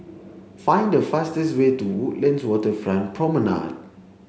find the fastest way to Woodlands Waterfront Promenade